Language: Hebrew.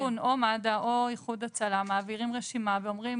או מד"א או איחוד הצלה מעבירים רשימה ואומרים